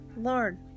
Lord